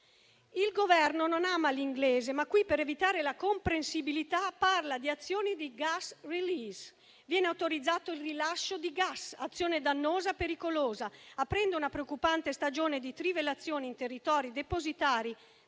Il Governo non ama l'inglese, ma qui, per evitare la comprensibilità, parla di azioni di *gas release*: viene autorizzato il rilascio di gas, azione dannosa e pericolosa, aprendo una preoccupante stagione di trivellazione in territori depositari